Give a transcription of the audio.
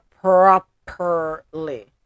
properly